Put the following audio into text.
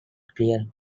clear